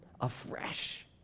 afresh